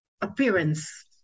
appearance